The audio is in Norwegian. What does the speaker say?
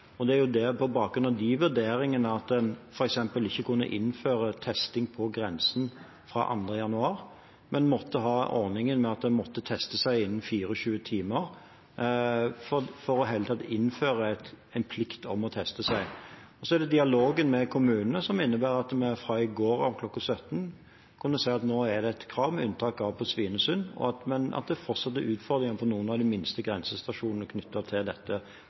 Det er på bakgrunn av de vurderingene at en f.eks. ikke kunne innføre testing på grensen fra 2. januar, men måtte ha ordningen med at en måtte teste seg innen 24 timer for i det hele tatt å innføre en plikt om å teste seg. Så er det dialogen med kommunene, som innebærer at vi fra i går klokken 17 kunne si at nå er det et krav, med unntak av på Svinesund. Det er fortsatt utfordringer knyttet til dette på noen av de minste grensestasjonene,